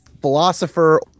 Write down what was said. philosopher